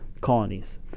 colonies